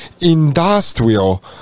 industrial